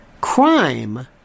crime